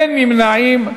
אין נמנעים.